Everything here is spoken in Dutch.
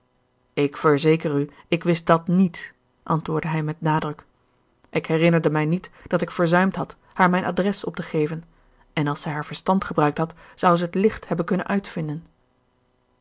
ik verzeker u ik wist dat niet antwoordde hij met nadruk ik herinnerde mij niet dat ik verzuimd had haar mijn adres op te geven en als zij haar verstand gebruikt had zou ze t licht hebben kunnen uitvinden